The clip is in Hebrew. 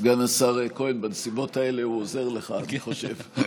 סגן השר כהן, בנסיבות האלה הוא עוזר לך, אני חושב.